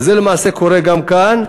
וזה למעשה קורה גם כאן,